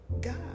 God